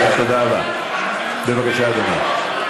בבקשה, אדוני.